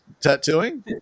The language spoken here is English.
Tattooing